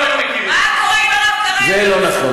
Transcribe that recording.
אם היא הייתה היום,